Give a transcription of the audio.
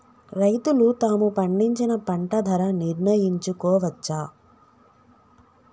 రైతులు తాము పండించిన పంట ధర నిర్ణయించుకోవచ్చా?